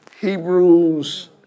Hebrews